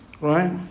Right